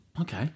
Okay